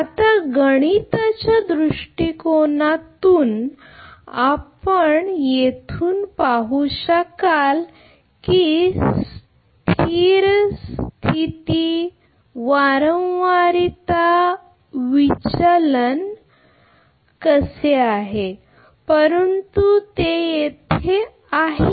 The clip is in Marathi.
आता गणिताच्या दृष्टीकोनातून आपण येथून पाहू शकाल की स्थिर स्थिरता वारंवारता विचलन आहे परंतु ते येथे आहे